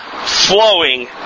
flowing